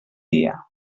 dia